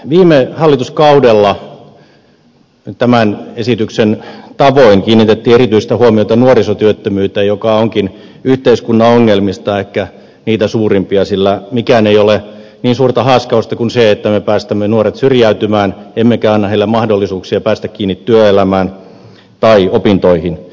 viime hallituskaudella tämän esityksen tavoin kiinnitettiin erityistä huomiota nuorisotyöttömyyteen joka onkin yhteiskunnan ongelmista ehkä niitä suurimpia sillä mikään ei ole niin suurta haaskausta kuin se että me päästämme nuoret syrjäytymään emmekä anna heille mahdollisuuksia päästä kiinni työelämään tai opintoihin